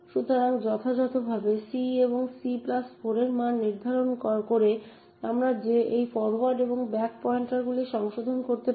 সুতরাং যথাযথভাবে c এবং c4 এর মান নির্ধারণ করে আমরা এই ফরোয়ার্ড এবং ব্যাক পয়েন্টারগুলিকে সংশোধন করতে পারি